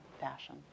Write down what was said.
fashion